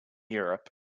europe